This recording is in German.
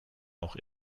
auch